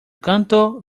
canto